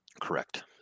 Correct